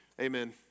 Amen